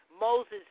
Moses